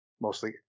mostly